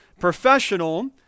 professional